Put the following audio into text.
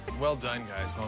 well done, guys,